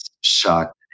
shocked